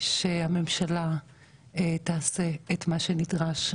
שהממשלה תעשה את מה שנדרש.